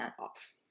off